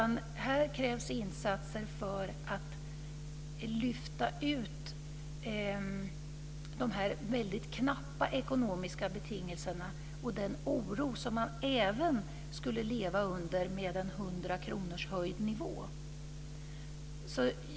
Det krävs insatser för att lyfta fram de knappa ekonomiska betingelserna och den oro som man skulle leva under även med en höjning av garantinivån med 100 kr.